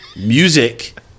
music